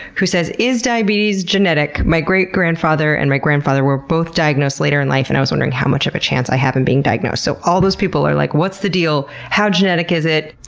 who says is diabetes genetic? my great grandfather and my grandfather were both diagnosed later in life and i was wondering how much of a chance i have in been diagnosed. so, all those people are like, what's the deal? how genetic is it?